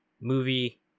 movie